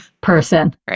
person